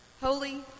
holy